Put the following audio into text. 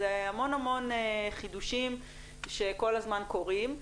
זה המון חידושים שכל הזמן קורים,